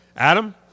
Adam